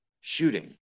shooting